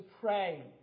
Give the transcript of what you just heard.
pray